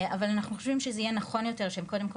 אבל אנחנו חושבים שזה יהיה נכון יותר שהם קודם כל